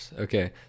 Okay